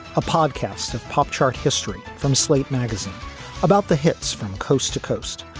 a podcast of pop chart history from slate magazine about the hits from coast to coast.